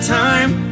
time